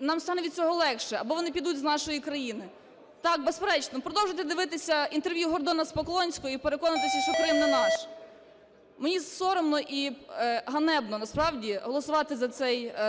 нам стане від цього легше, або вони підуть з нашої країни? Так, безперечно, продовжуйте дивитися інтерв'ю Гордона з Поклонською і переконуватись, що Крим не наш. Мені соромно і ганебно насправді голосувати